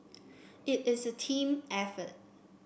it is a team effort